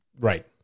Right